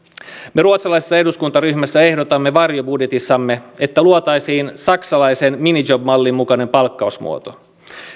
me ruotsalaisessa eduskuntaryhmässä ehdotamme varjobudjetissamme että luotaisiin saksalaisen minijob mallin mukainen palkkausmuoto